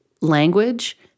language